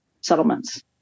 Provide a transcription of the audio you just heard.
settlements